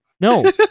No